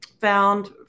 found